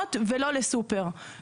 למכונות ולא לסופר.